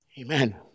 Amen